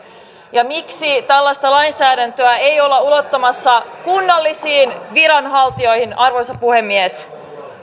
ja miksi tällaista lainsäädäntöä ei olla ulottamassa kunnallisiin viranhaltijoihin arvoisa puhemies